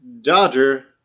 Dodger